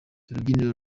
urubyiruko